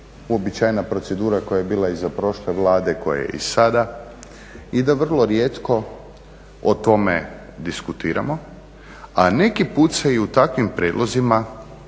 uobičajena procedura koja je bila i za prošle Vlade, koja je i sada i da vrlo rijetko o tome diskutiramo, a neki put se i u takvim prijedlozima